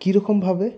কিরকমভাবে